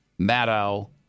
Maddow